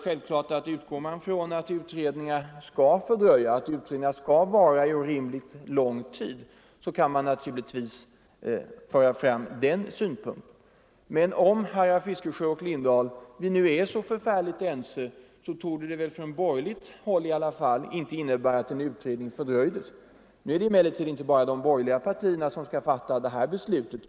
Om man utgår ifrån att utredningar skall pågå orimligt lång tid så kan man naturligtvis hävda den synpunkten. Men om, herrar Fiskesjö och Lindahl i Hamburgsund, vi nu är så helt ense, torde det för den borgerliga sidan i alla fall inte innebära att en utredning skulle fördröja frågans lösning. Nu är det emellertid inte bara de borgerliga partierna som skall fatta detta beslut.